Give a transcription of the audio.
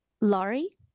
Laurie